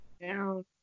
down